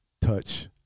touch